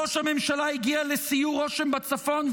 ראש הממשלה הגיע ל'סיור' רושם בצפון,